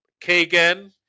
Kagan